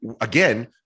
again